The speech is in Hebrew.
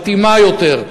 מתאימה יותר,